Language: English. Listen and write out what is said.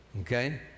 Okay